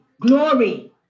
glory